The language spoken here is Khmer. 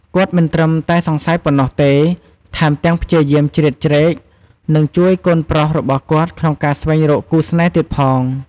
គាត់មិនត្រឹមតែសង្ស័យប៉ុណ្ណោះទេ ថែមទាំងព្យាយាមជ្រៀតជ្រែក និងជួយកូនប្រុសរបស់គាត់ក្នុងការស្វែងរកគូស្នេហ៍ទៀតផង។